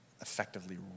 effectively